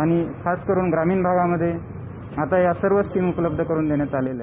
आणि खासकरून ग्रामीण भागामध्ये आता या सर्व स्किम उपलब्ध करून देण्यात आल्या आहेत